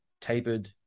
tapered